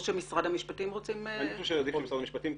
או שמשרד המשפטים רוצים --- אני חושב שעדיף משרד המשפטים,